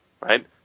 right